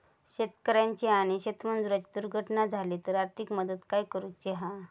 शेतकऱ्याची आणि शेतमजुराची दुर्घटना झाली तर आर्थिक मदत काय करूची हा?